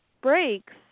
breaks